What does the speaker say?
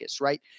right